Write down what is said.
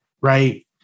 right